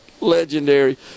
Legendary